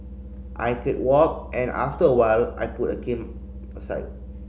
I could walk and after a while I put a cane aside